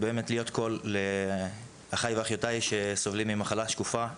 להיות קול לאחיי ואחיותיי שסובלים ממחלה שקופה למיניהם,